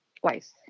twice